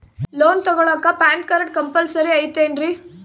Loan ತೊಗೊಳ್ಳಾಕ pan card compulsory ಐಯ್ತೇನ್ರಿ?